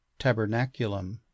tabernaculum